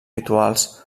rituals